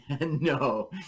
No